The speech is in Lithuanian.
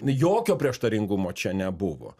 jokio prieštaringumo čia nebuvo